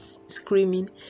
screaming